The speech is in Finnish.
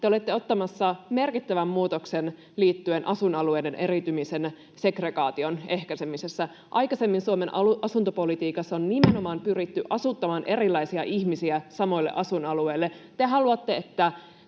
te olette ottamassa merkittävän muutoksen liittyen asuinalueiden eriytymisen, segregaation, ehkäisemiseen. Aikaisemmin Suomen asuntopolitiikassa on nimenomaan pyritty asuttamaan erilaisia ihmisiä samoille asuinalueille. Te haluatte, että